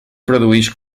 produïx